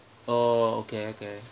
oh okay okay